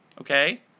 Okay